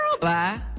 Bye